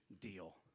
deal